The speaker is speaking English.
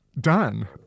done